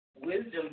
Wisdom